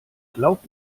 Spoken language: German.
glaub